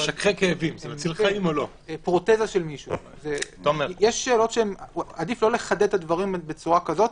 אבל פרוטזה של מישהו יש שאלות שעדיף לא לחדד את הדברים בצורה כזו,